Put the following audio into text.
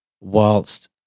whilst